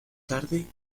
tarde